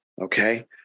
Okay